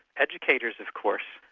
educators, of course,